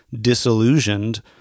disillusioned